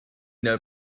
know